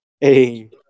hey